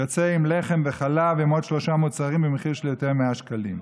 יוצא עם לחם וחלב ועם עוד שלושה מוצרים במחיר של יותר מ-100 שקלים.